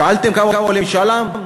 שאלתם כמה עולה משאל עם?